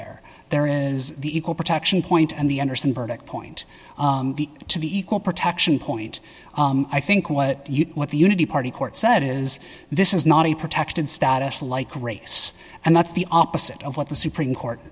where there is the equal protection point and the understand verdict point to the equal protection point i think what you want the unity party court said is this is not a protected status like race and that's the opposite of what the supreme court